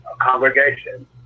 congregation